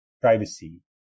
privacy